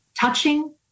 touching